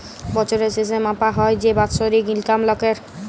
বছরের শেসে মাপা হ্যয় যে বাৎসরিক ইলকাম লকের